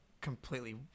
completely